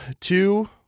two